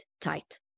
tight